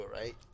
right